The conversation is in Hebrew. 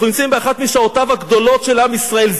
אנחנו נמצאים באחת משעותיו הגדולות של עם ישראל.